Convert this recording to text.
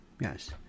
Yes